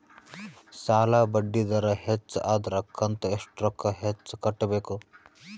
ಸಾಲಾ ಬಡ್ಡಿ ದರ ಹೆಚ್ಚ ಆದ್ರ ಕಂತ ಎಷ್ಟ ರೊಕ್ಕ ಹೆಚ್ಚ ಕಟ್ಟಬೇಕು?